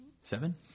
seven